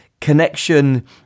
connection